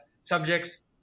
subjects